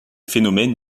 phénomènes